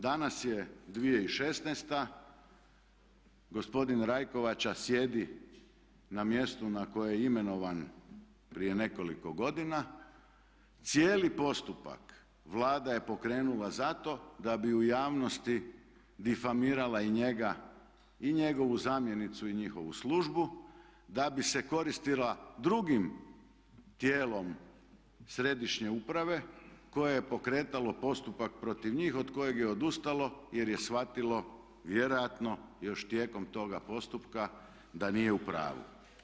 Danas je 2016., gospodin Rajkovača sjedi na mjestu na koje je imenovan prije nekoliko godina, cijeli postupak Vlada je pokrenula zato da bi u javnosti difamirala i njega i njegovu zamjenicu i njihovu službu, da bi se koristila drugim tijelom središnje uprave koje je pokretalo postupak protiv njih od kojeg je odustalo jer je shvatilo vjerojatno još tijekom toga postupka da nije u pravu.